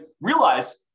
realize